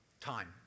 time